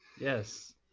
Yes